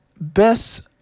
Best